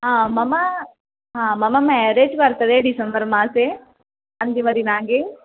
आ मम हा मम मेरेज् वर्तते डिसम्बर् मासे अंतिमदिनाङ्के